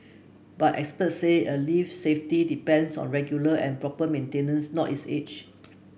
but experts said a lift's safety depends on regular and proper maintenance not its age